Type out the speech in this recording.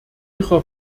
ihrer